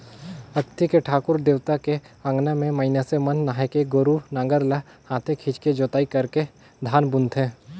अक्ती मे ठाकुर देवता के अंगना में मइनसे मन नहायके गोरू नांगर ल हाथे खिंचके जोताई करके धान बुनथें